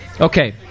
Okay